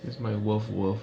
that's my love love